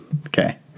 Okay